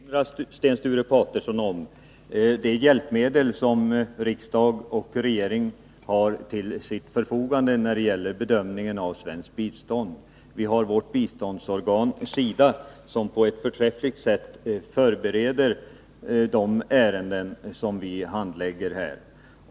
Fru talman! Låt mig bara kort erinra Sten Sture Paterson om det hjälpmedel som riksdag och regering har till sitt förfogande när det gäller bedömningen av svenskt bistånd, nämligen vårt biståndsorgan SIDA, som på ett förträffligt sätt förbereder de ärenden vi handlägger här.